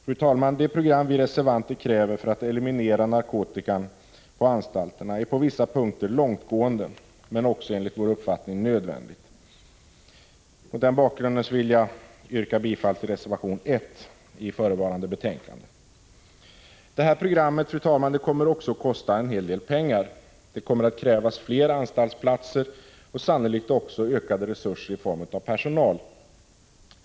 Fru talman! Det program vi reservanter kräver för att eliminera narkotika på anstalterna är på vissa punkter långtgående men nödvändigt. Mot denna bakgrund yrkar jag bifall till reservation 1 i detta betänkande. Fru talman! Det här programmet kommer också att kosta en hel del pengar. Det kommer att kräva fler anstaltsplatser och sannolikt också utökade resurser i form av personal.